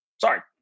Sorry